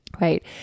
right